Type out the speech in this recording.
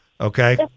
okay